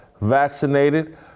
vaccinated